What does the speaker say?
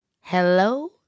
hello